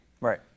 right